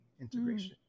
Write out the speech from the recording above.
integration